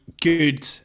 good